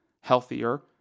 healthier